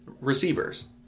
receivers